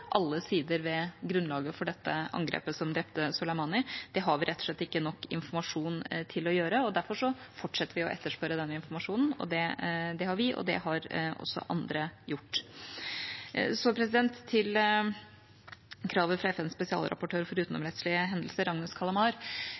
alle sider ved grunnlaget for angrepet som drepte Soleimani. Det har vi rett og slett ikke nok informasjon til å gjøre. Derfor fortsetter vi å etterspørre den informasjonen. Det har vi og også andre gjort. Til kravet fra FNs spesialrapportør for utenomrettslige hendelser, Agnes Kalamar: